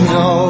no